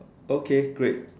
okay great